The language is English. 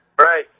Right